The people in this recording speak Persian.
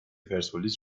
پرسپولیس